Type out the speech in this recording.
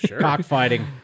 Cockfighting